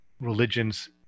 religions